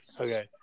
okay